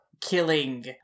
killing